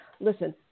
listen